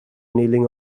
kneeling